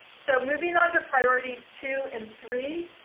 so, moving on to priorities two and three.